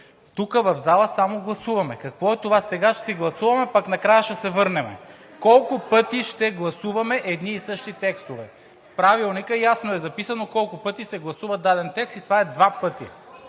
Тук в залата само гласуваме. Какво е това – сега ще си гласуваме, пък накрая ще се върнем? Колко пъти ще гласуваме едни и същи текстове? В Правилника ясно е записано колко пъти се гласува даден текст, и това е два пъти.